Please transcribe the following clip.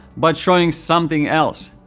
but showing something else.